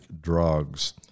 drugs